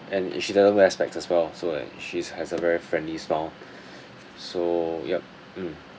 and i~ she doesn't wear specs as well so and she has a very friendly smile so yup mm